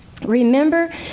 remember